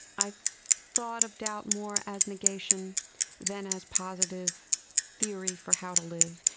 i've thought of doubt more as negation than as positive theory for how to live.